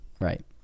Right